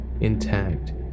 intact